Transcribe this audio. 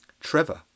Trevor